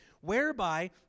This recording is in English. whereby